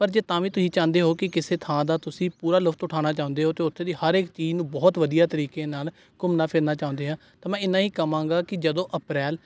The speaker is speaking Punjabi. ਪਰ ਜੇ ਤਾਂ ਵੀ ਤੁਸੀਂ ਚਾਹੁੰਦੇ ਹੋ ਕਿ ਕਿਸੇ ਥਾਂ ਦਾ ਤੁਸੀਂ ਪੂਰਾ ਲੁਤਫ ਉਠਾਉਣਾ ਚਾਹੁੰਦੇ ਹੋ ਅਤੇ ਉੱਥੇ ਦੀ ਹਰ ਇੱਕ ਚੀਜ਼ ਨੂੰ ਬਹੁਤ ਵਧੀਆ ਤਰੀਕੇ ਨਾਲ ਘੁੰਮਣਾ ਫਿਰਨਾ ਚਾਹੁੰਦੇ ਆ ਤਾਂ ਮੈਂ ਇੰਨਾਂ ਹੀ ਕਵਾਂਗਾ ਕਿ ਜਦੋਂ ਅਪ੍ਰੈਲ